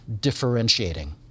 differentiating